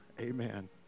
Amen